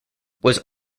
was